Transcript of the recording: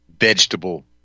vegetable